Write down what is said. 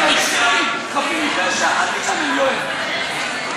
אדוני היושב-ראש, חבר הכנסת אורן חזן, אני לא